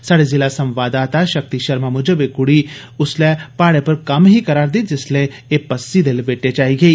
साढ़े जिला संवाददाता षक्ति षर्मा मुजब एह् कुडी उस्सलै पहाडे पर कम्म ही करारदी जिस्सलै जे एह् इक पस्सी दे लपेटे च आई गेई